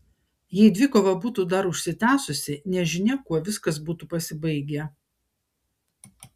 jei dvikova būtų dar užsitęsusi nežinia kuo viskas būtų pasibaigę